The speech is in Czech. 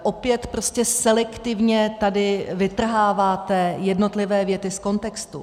Opět prostě selektivně tady vytrháváte jednotlivé věty z kontextu.